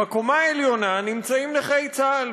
בקומה העליונה נמצאים נכי צה"ל,